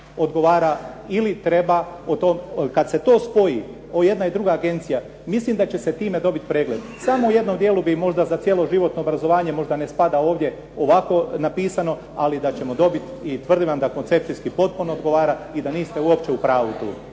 odgovara ili treba? Kada se to spoji ova jedna i druga agencija, mislim da će se time dobiti pregled. Samo u jednom dijelu bi možda za cjeloživotno obrazovanje, možda ne spada ovdje ovako napisano, ali da ćemo dobiti i tvrdim vam da koncepcijski potpuno odgovara i da niste uopće u pravu tu.